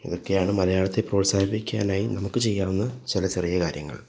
ഇതൊക്കെയാണ് മലയാളത്തെ പ്രോത്സാഹിപ്പിക്കാനായി നമുക്ക് ചെയ്യാവുന്ന ചില ചെറിയ കാര്യങ്ങൾ